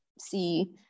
see